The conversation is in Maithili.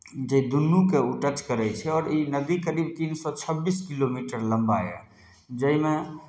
जे दुनूकेँ ओ टच करै छै आओर ई नदी करीब तीन सए छब्बीस किलोमीटर लम्बा यए जाहिमे